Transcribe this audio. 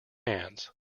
hands